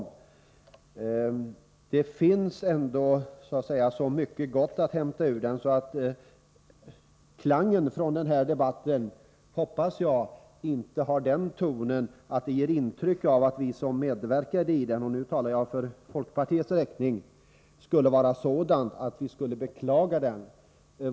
Det finns ändå så mycket gott att hämta ur den att jag hoppas att klangen från denna debatt inte har den tonen att det ger intryck av att vi som medverkade i den — nu talar jag för folkpartiets räkning — beklagade uppgörelsen.